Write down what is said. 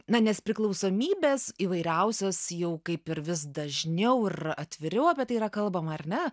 na nes priklausomybės įvairiausios jau kaip ir vis dažniau ir atviriau apie tai yra kalbama ar ne